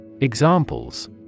Examples